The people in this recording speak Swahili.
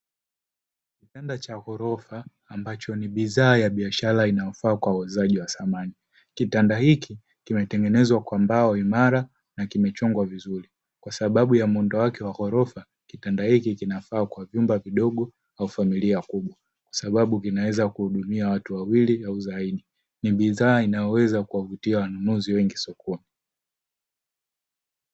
Kitanda cha ghorofa ambacho ni bidhaa ya biashara inayofaa kwa wauzaji wa samani. Kitanda hiki kimetengenezwa kwa mbao imara na kimechongwa vizuri kwa sababu ya muundo wake wa ghorofa, kitanda hiki kinafaa kwa vyumba vidogo au familia kubwa sababu kinaweza kuhudumia watu wawili au zaidi ni bidhaa inayoweza kuwavutia wanunuzi wengi sokoni.